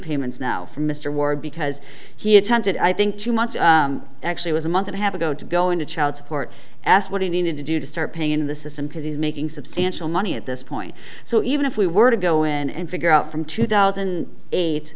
payments now from mr ward because he attended i think two months actually was a month and a half ago to go into child support asked what he needed to do to start paying in the system because he's making substantial money at this point so even if we were to go in and figure out from two thousand and eight